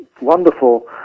wonderful